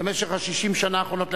במשך 60 השנים האחרונות,